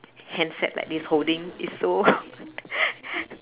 handset like this holding it's so